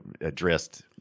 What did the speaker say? addressed